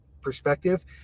perspective